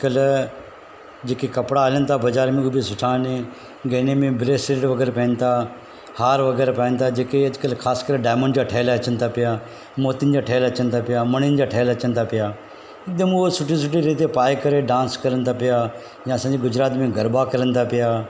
अॼुकल्ह जेके कपिड़ा हलनि था बज़ार में उहे बि सुठा आहिनि गहने में ब्रेसलेट वग़ैरह पाइनि था हारु वग़ैरह पाइनि था जेके अॼुकल्ह ख़ासि करे डायमंड जा ठहियलु अचनि था मोतियुनि जा ठहियलु अचनि था पिया मणियनि जा ठहियलु अचनि था पिया हिकुदमि उहो सुठियूं सुठियूं रीतियूं पाए करे डांस करनि था पिया या असांजे गुजरात में गरबा करनि था पिया